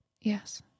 Yes